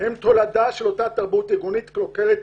הם תולדה של אותה תרבות ארגונית קלוקלת.